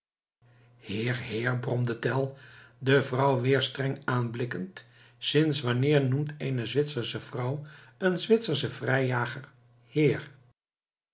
heer bromde tell de vrouw weer streng aanblikkend sinds wanneer noemt eene zwitsersche vrouw een zwitserschen vrijjager heer